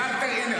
רק תקשיבי.